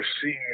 seeing